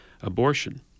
abortion